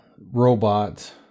robot